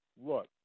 look